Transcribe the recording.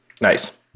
Nice